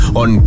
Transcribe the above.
on